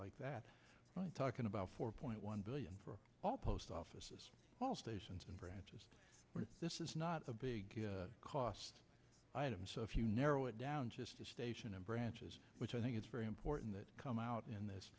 like that talking about four point one billion for all post offices all stations and branches this is not a big cost item so if you narrow it down just to station and branches which i think it's very important that come out in this